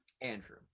Andrew